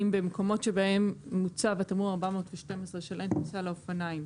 במקומות שבהם מוצב תמרור 412 של אין כניסה לאופניים,